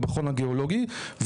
למכון הגיאולוגי,